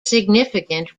significant